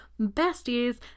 besties